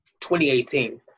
2018